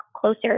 closer